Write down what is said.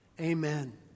Amen